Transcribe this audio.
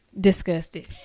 disgusted